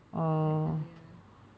right now ya